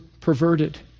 perverted